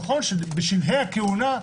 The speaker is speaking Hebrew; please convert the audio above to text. נכון שבשלבי הכהונה,